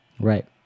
Right